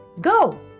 go